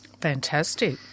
Fantastic